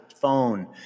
phone